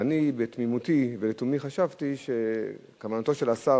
ואני בתמימותי ולתומי חשבתי שכוונתו של השר